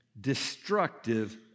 destructive